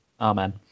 amen